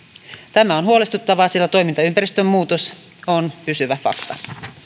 tämä on huolestuttavaa sillä toimintaympäristön muutos on pysyvä fakta